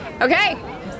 Okay